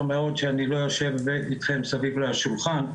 מאוד שאני לא יושב איתכם סביב לשולחן,